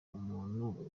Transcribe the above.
umuntu